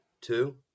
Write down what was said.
Two